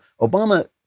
Obama